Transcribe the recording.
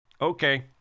Okay